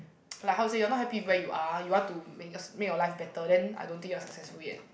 like how to say you are not happy with where you are you want to make yours make your life better then I don't think you are successful yet